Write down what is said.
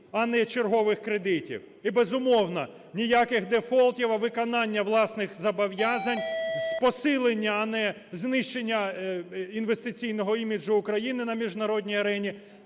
а не чергових кредитів. І, безумовно, ніяких дефолтів, а виконання власних зобов'язань, посилення, а не знищення інвестиційного іміджу України на міжнародній арені.